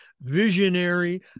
visionary